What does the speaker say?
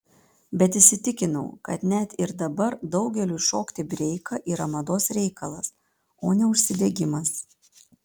bet įsitikinau kad net ir dabar daugeliui šokti breiką yra mados reikalas o ne užsidegimas